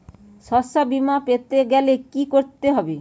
শষ্যবীমা পেতে গেলে কি করতে হবে?